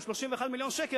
עם 31 מיליון שקל,